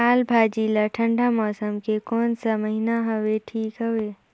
लालभाजी ला ठंडा मौसम के कोन सा महीन हवे ठीक हवे?